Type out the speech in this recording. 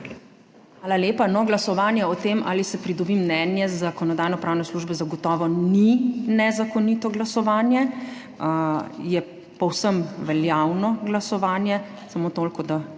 Hvala lepa. No, glasovanje o tem, ali se pridobi mnenje Zakonodajno-pravne službe zagotovo ni nezakonito glasovanje, je povsem veljavno glasovanje, samo toliko, da